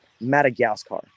Madagascar